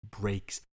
Breaks